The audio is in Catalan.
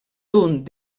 d’un